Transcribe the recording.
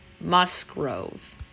Musgrove